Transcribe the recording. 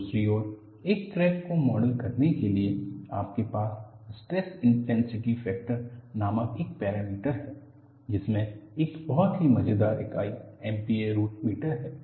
दूसरी ओर एक क्रैक को मॉडल करने के लिए आपके पास स्ट्रेस इंटेनसिटी फेक्टर नामक एक पैरामीटर है जिसमें एक बहुत ही मज़ेदार इकाई MPa रूट मीटर है